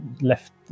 Left